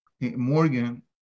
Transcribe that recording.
Morgan